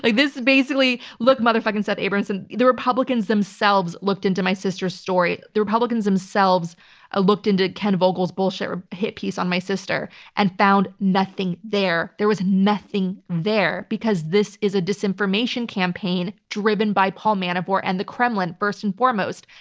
like this basically. look, motherfucking seth abramson, the republicans themselves looked into my sister's stories, the republicans themselves ah looked into ken vogel's bullshit hit piece on my sister and found nothing there. there was nothing there, because this is a disinformation campaign driven by paul manafort and the kremlin first and foremost.